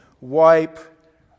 wipe